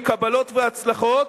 עם קבלות והצלחות,